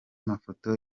mafoto